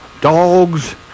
dogs